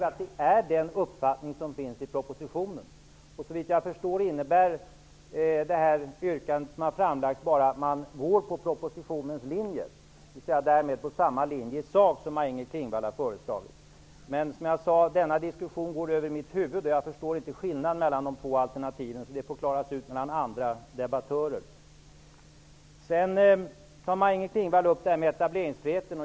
Att det är uppfattningen som presenteras i propositionen är väl tydligt nog? Såvitt jag förstår innebär yrkandet som har lagts fram bara att man går på propositionens linje, dvs. i sak samma linje som Maj-Inger Klingvall har föreslagit. Men som jag sade går denna diskussion över mitt huvud, och jag förstår inte skillnaden mellan de två alternativen, så det får klaras ut av andra debattörer. Maj-Inger Klingvall tar upp frågan om etableringsfriheten.